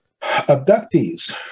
Abductees